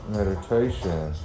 Meditation